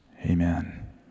Amen